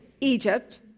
Egypt